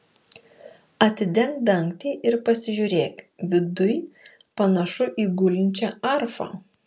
atidenk dangtį ir pasižiūrėk viduj panašu į gulinčią arfą